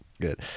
Good